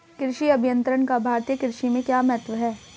कृषि अभियंत्रण का भारतीय कृषि में क्या महत्व है?